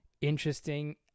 interesting